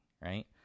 right